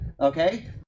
okay